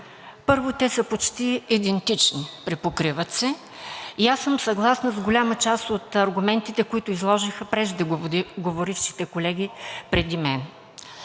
Първо, те са почти идентични, припокриват се. Съгласна съм с голяма част от аргументите, които изложиха преждеговорившите колеги преди мен.